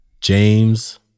James